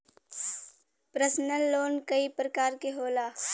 personal loan कई परकार के होला